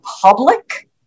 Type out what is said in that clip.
public